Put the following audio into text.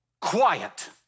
quiet